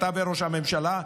אתה וראש הממשלה,